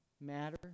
matter